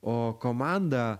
o komanda